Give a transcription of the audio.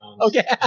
Okay